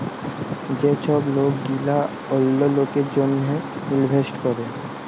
যে ছব লক গিলা অল্য লকের জ্যনহে ইলভেস্ট ক্যরে